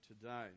today